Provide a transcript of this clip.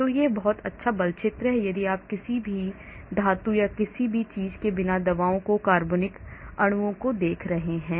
तो यह एक बहुत अच्छा बल क्षेत्र है यदि आप किसी भी धातु या किसी चीज के बिना दवाओं के कार्बनिक अणुओं को देख रहे हैं